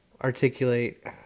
articulate